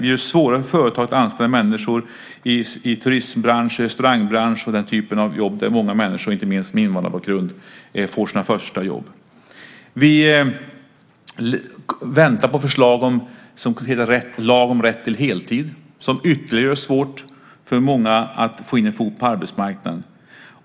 Vi gör det svårare för företag att anställa människor i turismbranschen och restaurangbranschen och den typen av jobb där många människor, inte minst med invandrarbakgrund, får sina första jobb. Vi väntar på förslag om lag om rätt till heltid som ytterligare gör det svårt för många att få in en fot på arbetsmarknaden.